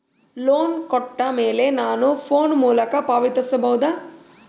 Loan ಕೊಟ್ಟ ಮೇಲೆ ನಾನು ಫೋನ್ ಮೂಲಕ ಪಾವತಿಸಬಹುದಾ?